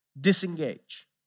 disengage